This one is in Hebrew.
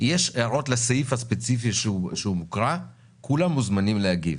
אם יש הערות על הסעיף הספציפי שהוקרא כולם מוזמנים להגיב.